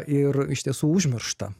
ir iš tiesų užmirštą